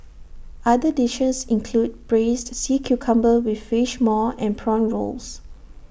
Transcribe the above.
other dishes include Braised Sea Cucumber with Fish Maw and Prawn Rolls